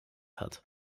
hat